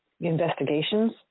investigations